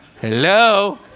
Hello